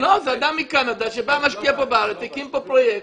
זה אדם שהגיע מקנדה, הקים פה פרויקט.